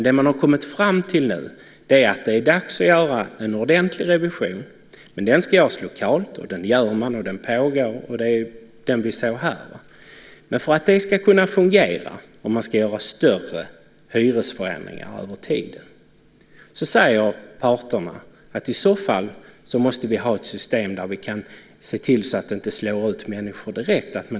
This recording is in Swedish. Det man har kommit fram till nu är att det är dags att göra en ordentlig revision, men den ska göras lokalt, vilket man gör. För att detta ska kunna fungera om man ska genomföra större hyresförändringar över tiden säger parterna: I så fall måste vi ha ett system där vi kan se till att det inte slår ut människor direkt.